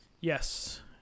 Yes